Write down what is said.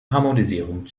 harmonisierung